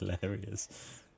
hilarious